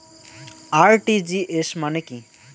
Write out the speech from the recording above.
RTGS মানে কি?